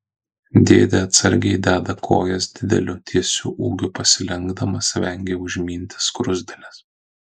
dėdė atsargiai deda kojas dideliu tiesiu ūgiu pasilenkdamas vengia užminti skruzdėles